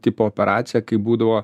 tipo operacija kai būdavo